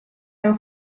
now